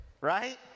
right